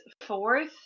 fourth